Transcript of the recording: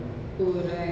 oh right